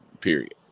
period